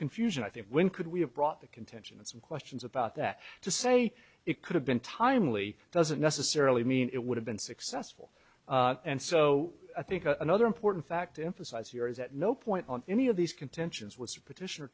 confusion i think when could we have brought the contention that some questions about that to say it could have been timely doesn't necessarily mean it would have been successful and so i think another important fact emphasize here is at no point on any of these contentions with a petition